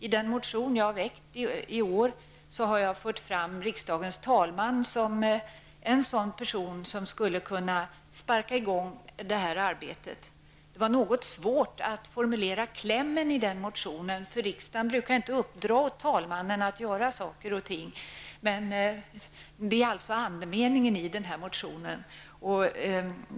I den motion jag har väckt i år har jag fört fram riksdagens talman som en sådan person som skulle kunna sparka i gång detta arbete. Det var något svårt att formulera klämmen i den motionen, för riksdagen brukar inte uppdra åt talmannen att göra saker och ting. Men det är alltså andemeningen i motionen.